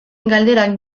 galderak